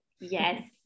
Yes